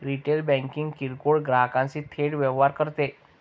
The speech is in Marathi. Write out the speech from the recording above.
रिटेल बँकिंग किरकोळ ग्राहकांशी थेट व्यवहार करते